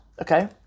okay